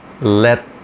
let